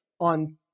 on